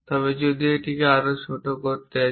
তবে যদি আমরা এটিকে আরও ছোট করতে যাচ্ছি